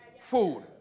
food